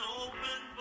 open